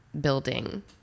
building